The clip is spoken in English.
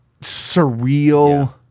surreal